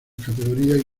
categorías